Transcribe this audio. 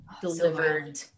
delivered